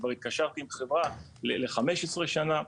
כבר התקשרתי עם חברה ל-15 שנה.